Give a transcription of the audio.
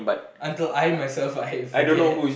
until I myself I forget